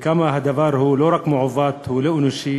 וכמה הדבר הוא לא רק מעוות, הוא לא אנושי.